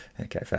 Okay